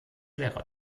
lehrer